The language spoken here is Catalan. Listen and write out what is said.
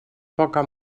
poca